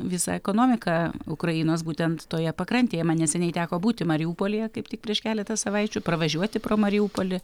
visą ekonomiką ukrainos būtent toje pakrantėje man neseniai teko būti mariupolyje kaip tik prieš keletą savaičių pravažiuoti pro mariupolį